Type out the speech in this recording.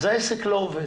אז העסק לא עובד.